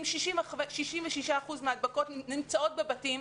אם 66% מן ההדבקות נמצאות בבתים,